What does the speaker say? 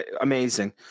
amazing